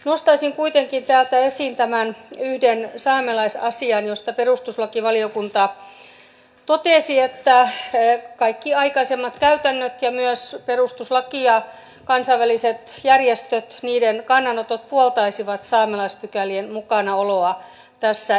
nostaisin kuitenkin täältä esiin tämän yhden saamelaisasian josta perustuslakivaliokunta totesi että kaikki aikaisemmat käytännöt ja myös perustuslaki ja kansainvälisten järjestöjen kannanotot puoltaisivat saamelaispykälien mukanaoloa tässä esityksessä